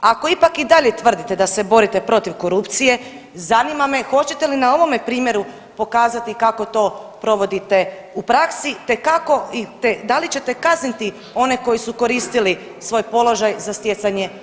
Ako ipak i dalje tvrdite da se borite protiv korupcije zanima me hoćete li na ovome primjeru pokazati kako to provodite u praksi te kako, da li ćete kazniti one koji su koristili svoj položaj za stjecanje osobne koristi.